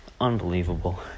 unbelievable